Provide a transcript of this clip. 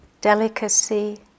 delicacy